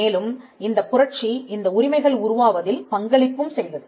மேலும் இந்தப் புரட்சி இந்த உரிமைகள் உருவாவதில் பங்களிப்பும் செய்தது